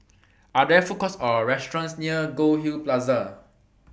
Are There Food Courts Or restaurants near Goldhill Plaza